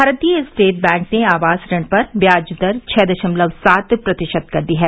भारतीय State Bank ने आवास ऋण पर ब्याज दर छः दशमलव सात प्रतिशत कर दी है